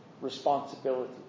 responsibility